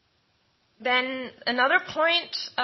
then another point,